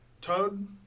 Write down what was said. Toad